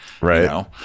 Right